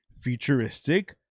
futuristic